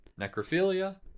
necrophilia